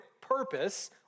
purpose